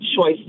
choice